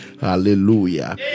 Hallelujah